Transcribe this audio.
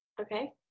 Okay